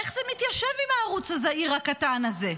איך זה מתיישב עם הערוץ הזעיר הקטן הזה?